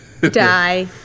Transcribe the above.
die